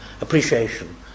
appreciation